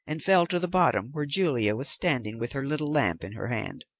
and fell to the bottom, where julia was standing with her little lamp in her hand.